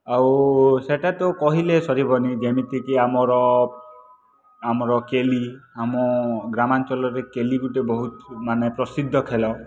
ଆଉ ସେଟା ତ କହିଲେ ସରିବନି ଯେମିତିକି ଆମର ଆମର କେଲି ଆମ ଗ୍ରାମାଞ୍ଚଲରେ କେଲି ଗୁଟେ ବହୁତ ମାନେ ପ୍ରସିଦ୍ଧ ଖେଳ